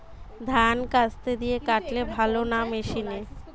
ধান কাস্তে দিয়ে কাটলে ভালো না মেশিনে?